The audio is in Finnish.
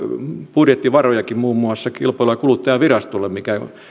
budjettivarojakin muun muassa kilpailu ja kuluttajavirastolle jonka